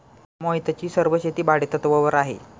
मोहितची सर्व शेती भाडेतत्वावर आहे